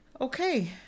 okay